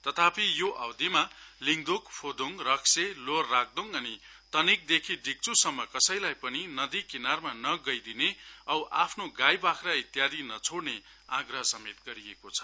तथापि यो अवधिमा लिडदोक फोदोङ रक्से लोअर राक्दोङ अनि तनेक देखि डिक्च्सम्म कसैलाई पनि नदी किनारमा नगइदिने औं आफ्नो गाई बाख्रा इत्यादि नछोइने आग्रह गरिएको छ